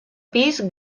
pis